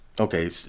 Okay